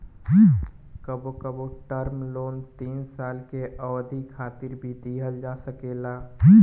कबो कबो term loan तीस साल तक के अवधि खातिर भी दीहल जा सकेला